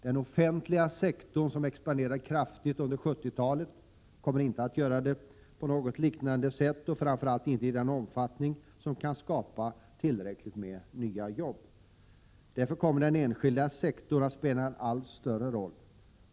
Den offentliga sektorn, som expanderade kraftigt under 70-talet, kommer inte att göra det på något liknande sätt igen och framför allt inte i en omfattning som kan skapa tillräckligt med nya jobb. Därför kommer den enskilda sektorn att spela en allt större roll.